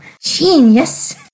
Genius